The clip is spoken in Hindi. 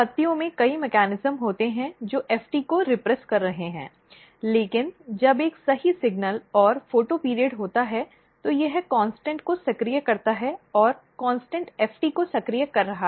पत्तियों में कई मेकॅनिज्म होते हैं जो FT को दमन कर रहे हैं लेकिन जब एक सही संकेत और फोटोऑपरोड होता है तो यह CONSTANT को सक्रिय करता है और CONSTANT FT को सक्रिय कर रहा है